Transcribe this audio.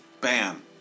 Bam